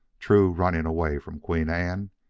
true, running away from queen anne,